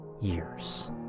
years